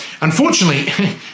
Unfortunately